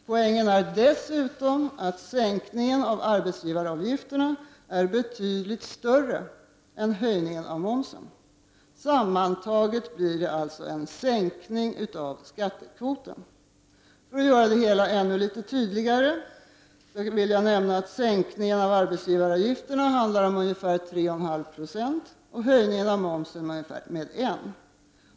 Poängen är dessutom att sänkningen av arbetsgivaravgifterna är betydligt större än höjningen av momsen. Sammantaget blir det alltså en sänkning av skattekvoten. För att göra det hela ännu litet tydligare handlar det om en sänkning av arbetsgivaravgifterna med ca 3,5 90, och en höjning av momsen med 1 96.